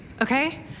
okay